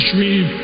dream